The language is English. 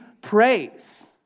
praise